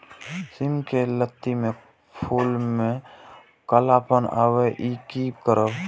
सिम के लत्ती में फुल में कालापन आवे इ कि करब?